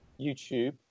youtube